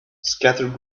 scattered